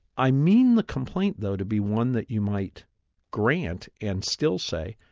i mean the complaint, though. to be one that you might grant and still say,